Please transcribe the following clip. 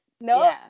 no